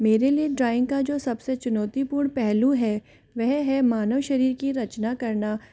मेरे लिए ड्राइंग का जो सब से चुनौतीपूर्ण पहलू है वह है मानव शरीर की रचना करना